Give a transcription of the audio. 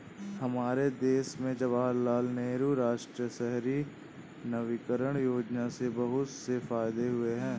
हमारे देश में जवाहरलाल नेहरू राष्ट्रीय शहरी नवीकरण योजना से बहुत से फायदे हुए हैं